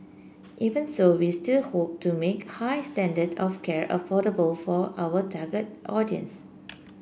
even so we still hope to make high standard of care affordable for our target audience